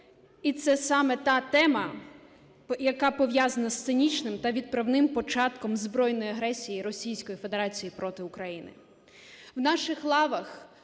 і це саме та тема, яка пов'язана з цинічним та відправним початком збройної агресії Російської